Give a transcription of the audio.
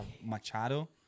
Machado